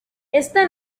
esta